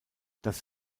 das